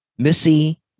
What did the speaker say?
Missy